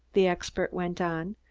the expert went on.